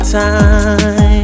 time